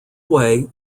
way